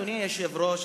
אדוני היושב-ראש,